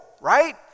right